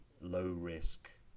low-risk